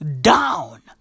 down